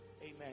Amen